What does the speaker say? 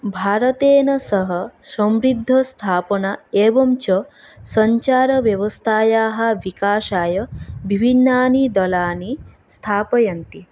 भारतेन सह समृद्धस्थापना एवञ्च सञ्चारव्यवस्थायाः विकासाय विभिन्नानि दलानि स्थापयन्ति